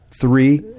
three